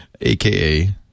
aka